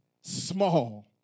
small